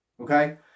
okay